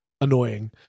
annoying